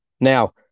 Now